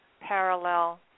parallel